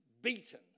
beaten